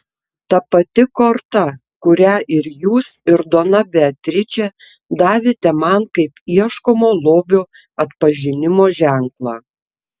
ta pati korta kurią ir jūs ir dona beatričė davėte man kaip ieškomo lobio atpažinimo ženklą